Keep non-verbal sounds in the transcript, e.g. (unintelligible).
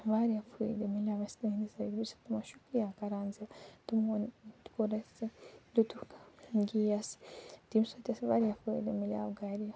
وارِیاہ فٲیدٕ مِلیو اَسہِ تُہٕنٛدِ سۭتۍ بہ چھَس تِمن شُکریہ کَران زِ تِم (unintelligible) کوٚر اَسہِ دِتُکھ گیس تَمہِ سۭتۍ ٲسۍ وارِیاہ فٲیدٕ مِلیو گَرِ